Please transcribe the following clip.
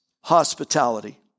hospitality